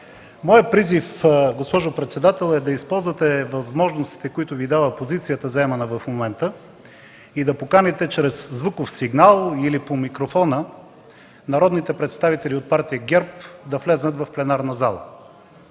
Моят призив, госпожо председател, е да използвате възможностите, които Ви дава позицията, заемана в момента, и да поканите чрез звуков сигнал или по микрофона народните представители от Партия ГЕРБ да влязат в пленарната зала.